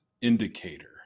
indicator